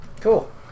Cool